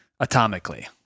atomically